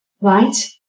right